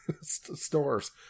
stores